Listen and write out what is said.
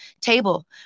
table